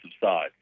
side